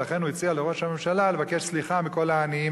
ולכן הוא הציע לראש הממשלה לבקש סליחה מכל העניים,